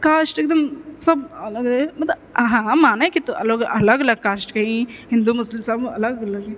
caste एकदम सब अलग रहै हँ माने की अलग अलग कास्टके हइ हिन्दू मुस्लिम सब अलग अलग हइ